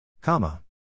Comma